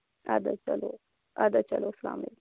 اَدٕ حظ چلو اَدٕ حظ چلو اسلامُ علیکُم